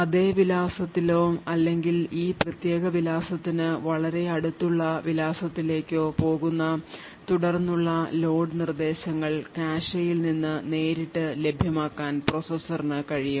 അതേ വിലാസത്തിലോ അല്ലെങ്കിൽ ഈ പ്രത്യേക വിലാസത്തിന് വളരെ അടുത്തുള്ള വിലാസത്തിലേക്കോ പോകുന്ന തുടർന്നുള്ള ലോഡ് നിർദ്ദേശങ്ങൾ കാഷെയിൽ നിന്ന് നേരിട്ട് ലഭ്യമാക്കാൻ പ്രോസസർ നു കഴിയും